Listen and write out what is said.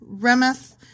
Remeth